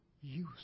use